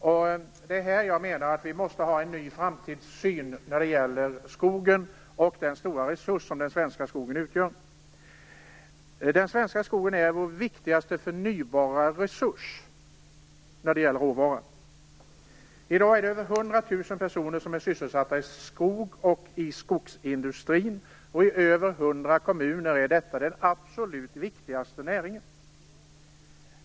Det är i detta sammanhang som jag menar att vi måste ha en ny framtidssyn när det gäller skogen och den stora resurs som den svenska skogen utgör. Den svenska skogen är vår viktigaste förnybara resurs när det gäller råvaran. I dag är över 100 000 personer sysselsatta i skogen och i skogsindustrin, och i över 100 kommuner är skogen den absolut viktigaste näringen.